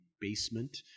basement